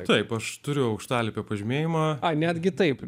taip aš turiu aukštalipio pažymėjimą netgi taip